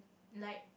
like